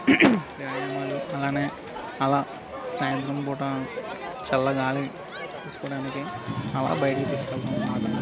వ్యాయామాలు అలానే అలా సాయంత్రం పూట చల్ల గాలి తీసుకోవడానికి అలా బయటకి తీసుకెళ్తాం అన్నమాట